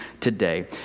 today